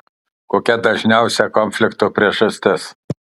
kokia dažniausiai konflikto priežastis